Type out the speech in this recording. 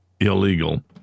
illegal